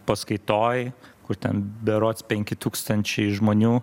paskaitoj kur ten berods penki tūkstančiai žmonių